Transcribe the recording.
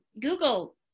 Google